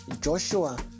Joshua